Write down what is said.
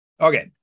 Okay